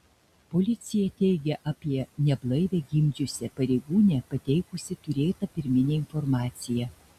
policija teigia apie neblaivią gimdžiusią pareigūnę pateikusi turėtą pirminę informaciją